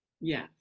yes